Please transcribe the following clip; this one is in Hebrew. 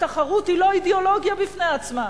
התחרות היא לא אידיאולוגיה בפני עצמה.